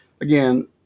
again